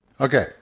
okay